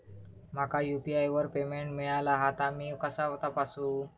माका यू.पी.आय वर पेमेंट मिळाला हा ता मी कसा तपासू?